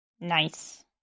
Nice